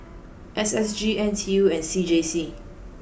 S S G N T U and C J C